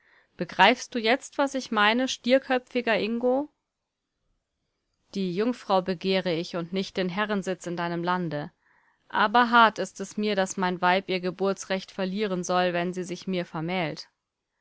begreifst du jetzt was ich meine stierköpfiger ingo die jungfrau begehre ich und nicht den herrensitz in deinem lande aber hart ist es mir daß mein weib ihr geburtsrecht verlieren soll weil sie sich mir vermählt